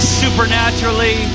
supernaturally